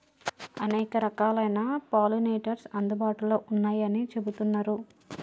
అనేక రకాలైన పాలినేటర్స్ అందుబాటులో ఉన్నయ్యని చెబుతున్నరు